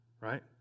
Right